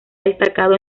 destacado